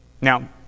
Now